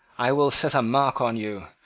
i will set a mark on you.